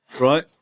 right